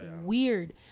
weird